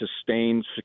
sustained